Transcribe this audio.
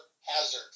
hazard